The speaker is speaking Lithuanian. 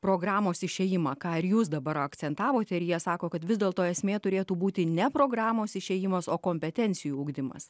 programos išėjimą ką ir jūs dabar akcentavote ir jie sako kad vis dėlto esmė turėtų būti ne programos išėjimas o kompetencijų ugdymas